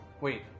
Wait